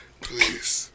Please